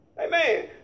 Amen